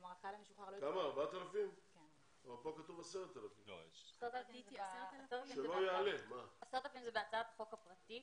אבל כאן כתוב 10,000. 10,000 זה בהצעת החוק הפרטית.